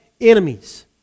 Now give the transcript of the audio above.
enemies